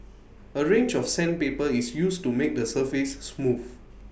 A range of sandpaper is used to make the surface smooth